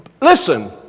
Listen